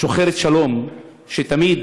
עדה שוחרת שלום, שתמיד